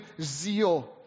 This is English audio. zeal